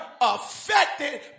affected